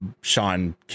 Sean